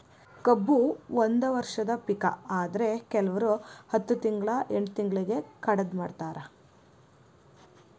ಕಬ್ಬು ಒಂದ ವರ್ಷದ ಪಿಕ ಆದ್ರೆ ಕಿಲ್ವರು ಹತ್ತ ತಿಂಗ್ಳಾ ಎಂಟ್ ತಿಂಗ್ಳಿಗೆ ಕಡದ ಮಾರ್ತಾರ್